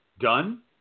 done